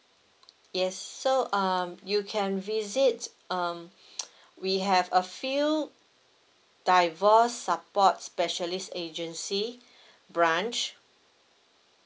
yes so um you can visit um we have a few divorce support specialist agency branch